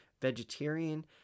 vegetarian